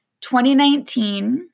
2019